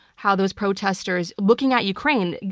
how those protestors, looking at ukraine,